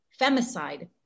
Femicide